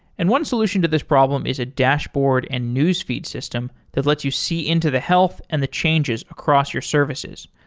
and one solution to this problem is a dashboard and newsfeed system that lets you see into the health and the changes across your services.